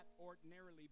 ordinarily